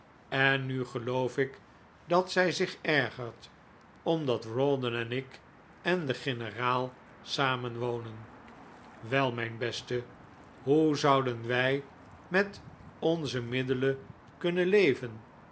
en nu geloof ik dat zij zich ergert omdat rawdon en ik en de generaal samen wonen wei mijn beste hoe zouden wij met onze middelen kunnen leven